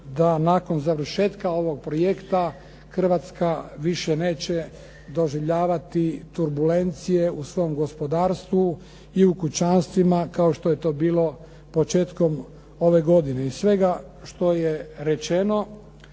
da nakon završetka ovog projekta Hrvatska više neće doživljavati turbulencije u svom gospodarstvu i u kućanstvima kao što je to bilo početkom ove godine.